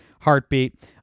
heartbeat